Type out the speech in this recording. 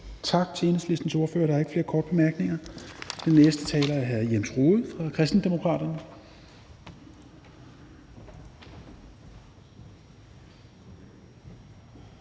Tak til Enhedslistens ordfører. Der er ikke flere korte bemærkninger. Den næste taler er hr. Jens Rohde fra Kristendemokraterne.